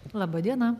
laba diena